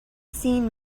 seen